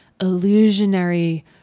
illusionary